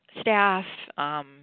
staff